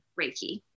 Reiki